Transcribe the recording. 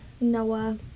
Noah